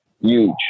huge